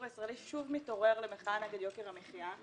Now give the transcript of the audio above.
הישראלי שוב מתעורר למחאה נגד יוקר המחיה,